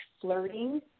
flirting